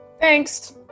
Thanks